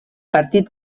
partit